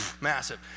massive